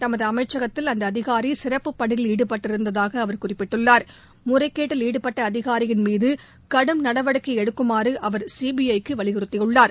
தமது அமைச்சகத்தில் அந்த அதிகாரி சிறப்பு பணியில் ஈடுபட்டிருந்ததாக அவர் குறிப்பிட்டுள்ளார் முறைகேட்டில் ஈடுபட்ட அதிகாரியின் மீது கடும் நடவடிக்கை எடுக்குமாறு அவர் சிபிஐ க்கு வலியுறுத்தியுள்ளார்